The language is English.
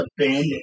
abandoned